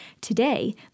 Today